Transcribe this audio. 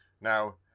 Now